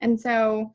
and so